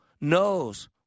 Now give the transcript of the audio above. knows